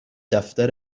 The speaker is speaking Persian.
دفتر